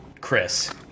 Chris